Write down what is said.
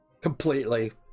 Completely